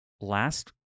last